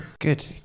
Good